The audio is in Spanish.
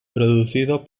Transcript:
producido